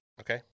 Okay